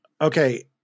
okay